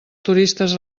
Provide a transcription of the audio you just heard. turistes